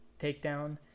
takedown